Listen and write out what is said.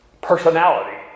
personality